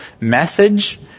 message